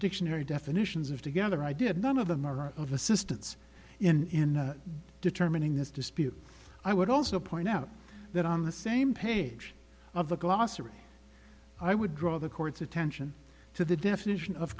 dictionary definitions of together i did none of them are of assistance in determining this dispute i would also point out that on the same page of the glossary i would draw the court's attention to the definition of